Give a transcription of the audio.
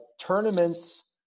Tournaments